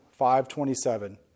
5.27